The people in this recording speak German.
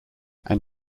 ein